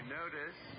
notice